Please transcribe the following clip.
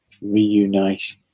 reunite